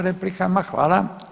replikama, hvala.